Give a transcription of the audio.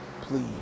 please